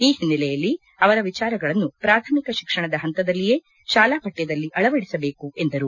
ಈ ಹಿನ್ನೆಲೆಯಲ್ಲಿ ಶುಶ್ರೂಷೆಯ ವಿಚಾರಗಳನ್ನು ಪ್ರಾಥಮಿಕ ಶಿಕ್ಷಣದ ಹಂತದಲ್ಲಿಯೇ ಶಾಲಾ ಪಠ್ಯದಲ್ಲಿ ಅಳವಡಿಸಬೇಕು ಎಂದರು